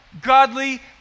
godly